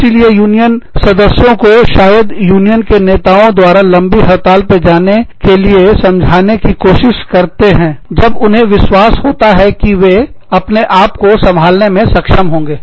इसीलिए यूनियन सदस्यों को शायद यूनियन के नेताओं द्वारा लंबी हड़ताल पर जाने के लिए समझाने की कोशिश करते हैं जब उन्हें यह विश्वास होता है कि वे अपने आप को संभालने में सक्षम होंगे